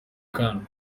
khan